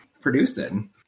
producing